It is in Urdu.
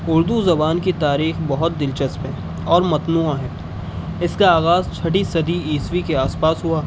اردو زبان کی تاریخ بہت دلچسپ ہے اور متنوع ہے اس کا آغاز چھٹی صدی عیسوی کے آس پاس ہوا